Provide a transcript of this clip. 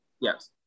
Yes